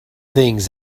things